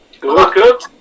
Good